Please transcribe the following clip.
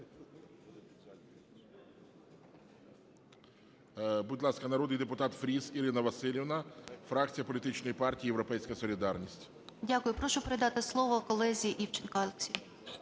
Дякую. Прошу передати слово колезі Івченку Вадиму.